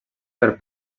per